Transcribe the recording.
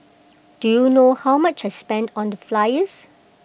do you know how much I spent on the flyers